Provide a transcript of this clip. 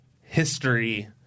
history